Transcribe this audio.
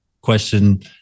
question